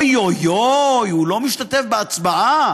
אוי, אוי, אוי, הוא לא משתתף בהצבעה.